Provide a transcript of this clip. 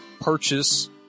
purchase